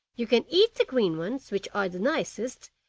you can eat the green ones, which are the nicest,